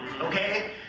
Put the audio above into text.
okay